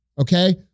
Okay